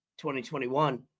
2021